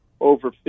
over